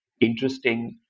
interesting